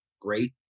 great